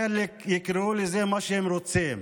חלק יקראו לזה מה שהם רוצים.